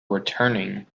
returning